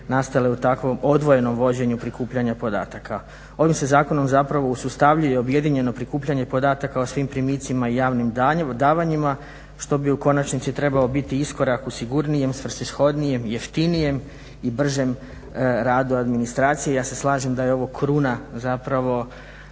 nastale u takvom odvojenom vođenju prikupljanja podataka. Ovim se zakonom zapravo usustavljuje objedinjeno prikupljanje podataka o svim primicima i javnim davanjima, što bi u konačnici trebao biti iskorak u sigurnijem, svrsishodnijem, jeftinijem i bržem radu administracije. Ja se slažem da je ovo kruna zapravo